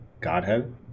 Godhead